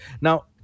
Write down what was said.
Now